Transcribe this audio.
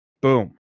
Boom